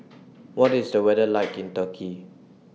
What IS The weather like in Turkey